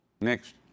Next